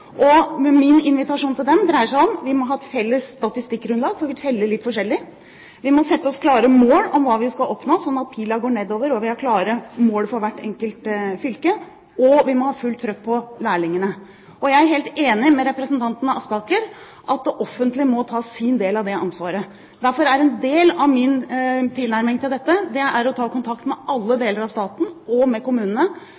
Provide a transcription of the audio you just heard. Min invitasjon til dem dreier seg om at vi må ha et felles statistikkgrunnlag, for vi teller litt forskjellig. Vi må sette oss klare mål for hva vi skal oppnå, slik at pilen går nedover og vi har klare mål for hvert enkelt fylke. Og vi må ha fullt «trøkk» på lærlingene. Jeg er helt enig med representanten Aspaker i at det offentlige må ta sin del av det ansvaret. Derfor er en del av min tilnærming til dette å ta kontakt med alle